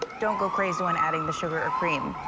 don't go crazy when adding the sugar or cream.